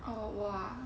oh 我啊